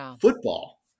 football